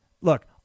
look